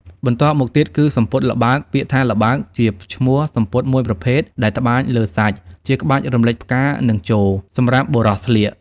បន្ទាប់់មកទៀតគឺសំពត់ល្ប់ើកពាក្យថា«ល្បើក» ជាឈ្មោះសំពត់មួយប្រភេទដែលត្បាញលើកសាច់ ជាក្បាច់រំលេចផ្កានិងជរ, សម្រាប់បុរសស្លៀក។